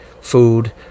food